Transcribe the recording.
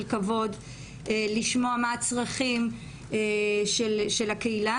לשמוע מה הצרכים של הקהילה.